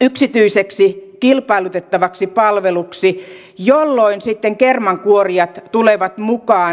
yksityiseksi kilpailutettavaksi palveluksi jolloin sitten kermankuorijat tulevat mukaan